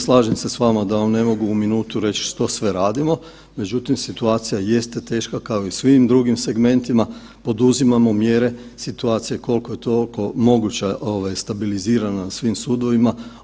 Slažem se s vama da vam ne mogu u minutu reći što sve radimo, međutim situacija jeste teška kao i u svim drugim segmentima poduzimamo mjere situacije koliko toliko moguća ovaj stabilizirana na svim sudovima.